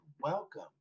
welcome